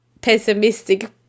pessimistic